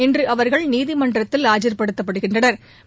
இன்று அவர்கள் நீதிமன்றத்தில் ஆஜா்படுத்தப்படுகின்றனா்